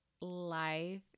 life